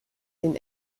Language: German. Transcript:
den